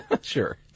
Sure